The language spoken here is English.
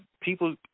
people